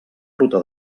ruta